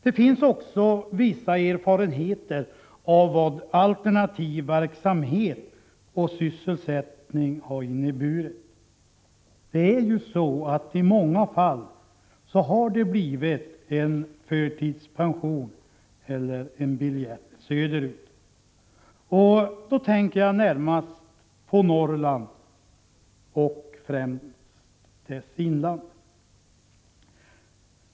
Det finns också vissa erfarenheter av vad alternativ verksamhet och sysselsättning har inneburit. I många fall har det blivit en förtidspension eller en biljett söderut. Då tänker jag närmast på Norrland och främst dess inland.